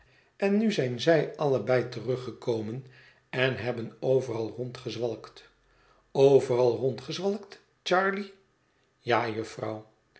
en nu zijn zij allebei teruggekomen en hebben overal rondgezwalkt overal rondgezwalkt charley ja jufvrouw